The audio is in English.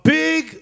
big